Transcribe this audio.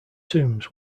tombs